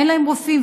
אין להם רופאים,